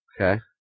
Okay